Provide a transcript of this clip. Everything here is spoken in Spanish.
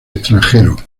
extranjero